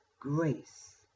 grace